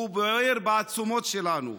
הוא בוער בעצמות שלנו.